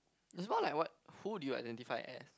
it's more like what who do you identify as